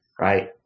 right